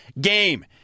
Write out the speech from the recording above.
game